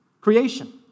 creation